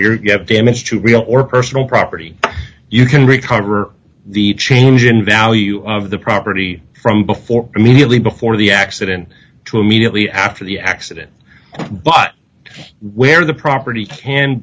get damage to real or personal property you can recover the change in value of the property from before immediately before the accident to immediately after the accident but where the property can